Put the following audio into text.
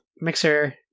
Mixer